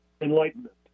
enlightenment